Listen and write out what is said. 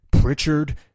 Pritchard